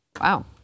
wow